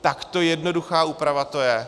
Takto jednoduchá úprava to je.